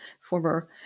former